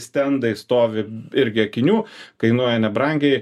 stendai stovi irgi akinių kainuoja nebrangiai